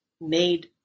made